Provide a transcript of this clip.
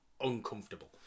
uncomfortable